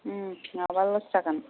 उम नङाब्ला लस जागोन